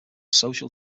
social